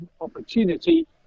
opportunity